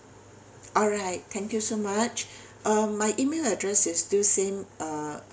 alright thank you so much uh my email address is still same uh